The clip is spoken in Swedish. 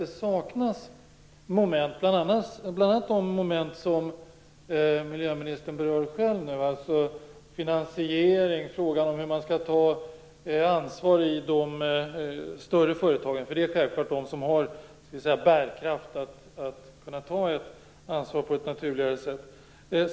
Det saknas moment, bl.a. de moment som miljöministern själv berör, dvs. finansiering och frågan om hur de större företagen skall ta ansvar. Det är självfallet de som har bärkraft att kunna ta ett ansvar på ett naturligt sätt.